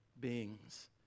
beings